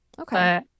okay